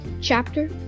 chapter